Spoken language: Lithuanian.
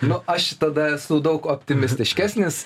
nu aš tada esu daug optimistiškesnis